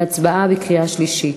להצבעה בקריאה שלישית.